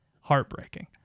heartbreaking